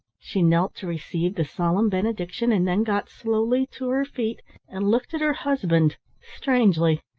she knelt to receive the solemn benediction and then got slowly to her feet and looked at her husband strangely.